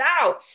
out